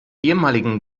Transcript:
ehemaligen